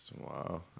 Wow